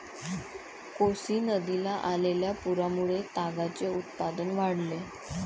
कोसी नदीला आलेल्या पुरामुळे तागाचे उत्पादन वाढले